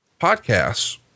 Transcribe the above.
podcasts